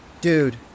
Dude